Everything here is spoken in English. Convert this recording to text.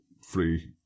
free